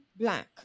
Black